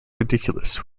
ridiculous